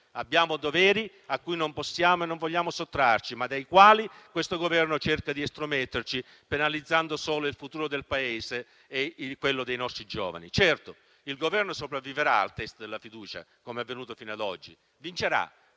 Abbiamo doveri a cui non possiamo e non vogliamo sottrarci, ma dai quali questo Governo cerca di estrometterci, penalizzando solo il futuro del Paese e quello dei nostri giovani. Certo, il Governo sopravviverà al test della fiducia, come è avvenuto fino ad oggi; vincerà